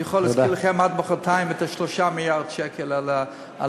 אני יכול להזכיר לכם עד מחרתיים את 3 מיליארד השקלים על הדיור,